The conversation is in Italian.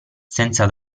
senza